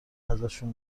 ازشون